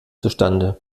zustande